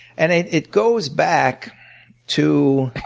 and it it goes back to